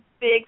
big